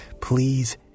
please